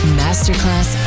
masterclass